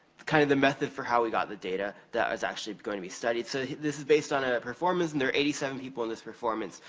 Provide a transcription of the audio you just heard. kind of the method for how we got the data that was actually going to be studied. so this is based on a performance and there are eighty seven people in this performance.